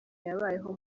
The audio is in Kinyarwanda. yabayeho